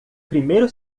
primeiro